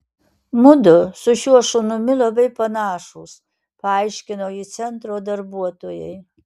mudu su šiuo šunimi labai panašūs paaiškino ji centro darbuotojai